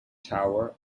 tower